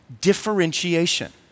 Differentiation